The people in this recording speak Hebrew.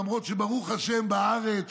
למרות שברוך השם בארץ